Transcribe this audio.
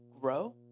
grow